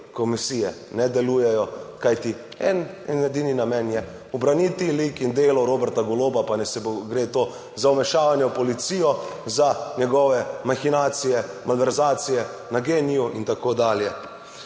komisije ne delujejo. Kajti, en in edini namen je ubraniti lik in delo Roberta Goloba, pa naj se gre to za vmešavanje v policijo, za njegove mahinacije, malverzacije na Gen-I in tako dalje.